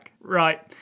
Right